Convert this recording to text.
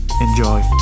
Enjoy